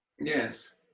yes